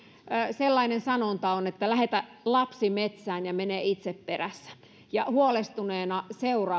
sellainen sanonta on että lähetä lapsi metsään ja mene itse perässä ja huolestuneena seuraan